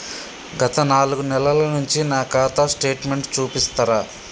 గత నాలుగు నెలల నుంచి నా ఖాతా స్టేట్మెంట్ చూపిస్తరా?